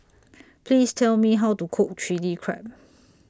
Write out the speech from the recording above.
Please Tell Me How to Cook Chilli Crab